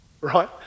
right